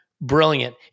brilliant